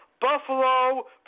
Buffalo